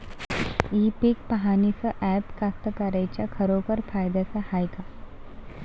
इ पीक पहानीचं ॲप कास्तकाराइच्या खरोखर फायद्याचं हाये का?